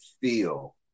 feel